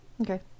Okay